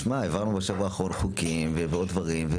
שמע, העברנו בשבוע האחרון חוקים ועוד דברים.